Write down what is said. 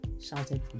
shouted